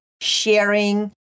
sharing